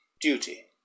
duty